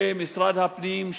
שמשרד הפנים,